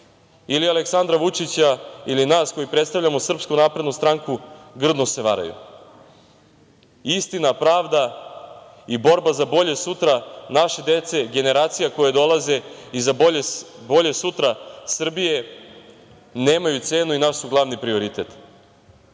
ili Aleksandra Vučića ili nas koji predstavljamo Srpsku naprednu stranku, grdno se varaju. Istina, pravda i borba za bolje sutra naše dece, generacija koje dolaze i za bolje sutra Srbije, nemaju cenu i naš su glavni prioritet. Zato